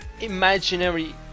imaginary